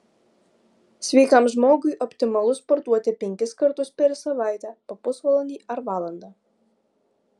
sveikam žmogui optimalu sportuoti penkis kartus per savaitę po pusvalandį ar valandą